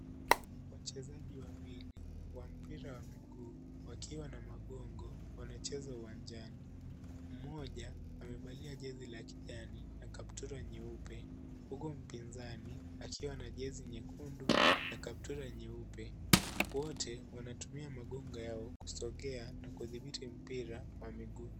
Wachezaji wawili wa mpira wa miguu wakiwa na magongo wanacheza uwanjani. Mmoja amevalia jezi la kijani na kaptula nyeupe huku mpinzani akiwa na jezi nyekundu na kaptula nyeupe. Wote wanatumia magongo yao kusogea na kudhibiti mpira wa miguu.